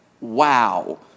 wow